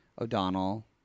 O'Donnell